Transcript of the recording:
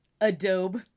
Adobe